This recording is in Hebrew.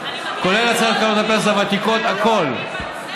כולל הצעת קרנות פנסיה ותיקות הכול.